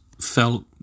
felt